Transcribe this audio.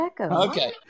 Okay